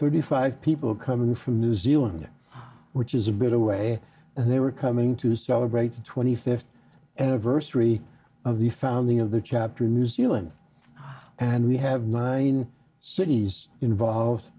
thirty five people coming from new zealand which is a bit away and they were coming to celebrate the twenty fifth anniversary of the founding of the chapter in new zealand and we have nine cities involve